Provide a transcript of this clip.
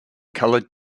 colored